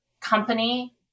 company